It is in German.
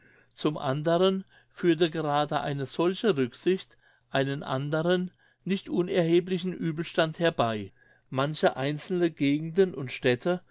zum andern führte gerade eine solche rücksicht einen anderen nicht unerheblichen uebelstand herbei manche einzelne gegenden und städte